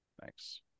Thanks